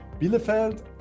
Bielefeld